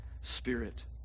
spirit